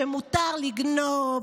שמותר לגנוב?